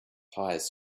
tires